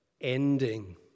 ending